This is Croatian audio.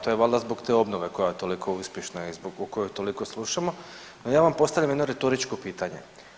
To je valjda zbog te obnova koja toliko uspješna i zbog koje toliko slušamo, no ja vam postavljam jedno retoričko pitanje.